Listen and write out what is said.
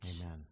amen